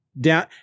down